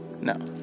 No